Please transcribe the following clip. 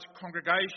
congregation